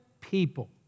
people